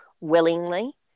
willingly